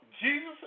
Jesus